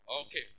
Okay